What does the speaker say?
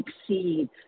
succeed